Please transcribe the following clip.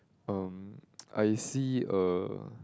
um I see a